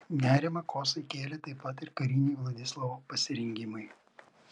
nerimą kosai kėlė taip pat ir kariniai vladislovo pasirengimai